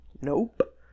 Nope